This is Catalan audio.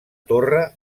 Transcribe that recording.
torre